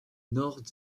nord